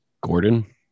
Gordon